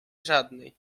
żadnej